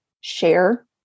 share